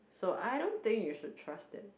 so I don't think you should trust them